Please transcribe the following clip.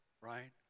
right